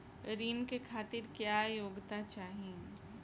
ऋण के खातिर क्या योग्यता चाहीं?